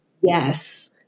Yes